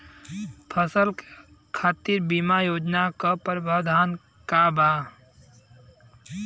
फसल के खातीर बिमा योजना क भी प्रवाधान बा की नाही?